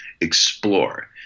Explore